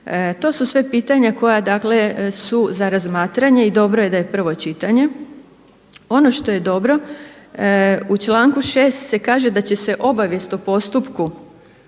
To su sve pitanja koja dakle su za razmatranje i dobro je da je prvo čitanje. Ono što je dobro u članku 6. se kaže da će se obavijest o postupku